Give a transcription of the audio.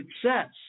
success